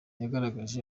yagaragaje